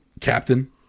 captain